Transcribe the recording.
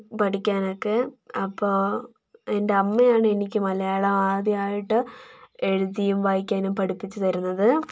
പഠിക്കാനൊക്കെ അപ്പോൾ എൻ്റെ അമ്മയാണ് എനിക്ക് മലയാളം ആദ്യായിട്ട് എഴുതിയും വായിക്കാനും പഠിപ്പിച്ച് തരുന്നത്